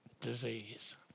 disease